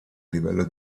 livello